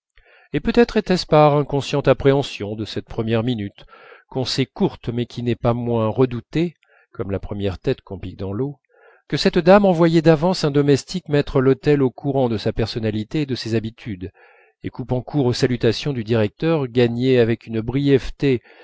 et peut-être était-ce par inconsciente appréhension de cette première minute qu'on sait courte mais qui n'est pas moins redoutée comme la première tête qu'on pique dans l'eau que cette dame envoyait d'avance un domestique mettre l'hôtel au courant de sa personnalité et de ses habitudes et coupant court aux salutations du directeur gagnait avec une brièveté